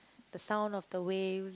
the sound of the waves